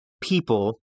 people